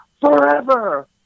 Forever